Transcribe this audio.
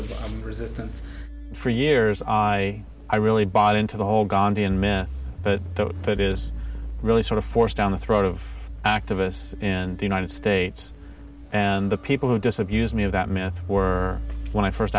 of resistance for years i really bought into the whole gandhian myth that is really sort of forced down the throats of activists in the united states and the people who disabused me of that myth were when i first